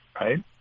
Right